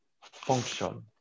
function